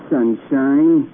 Sunshine